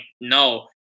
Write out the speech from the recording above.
no